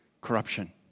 Corruption